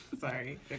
Sorry